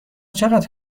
چقدر